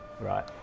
Right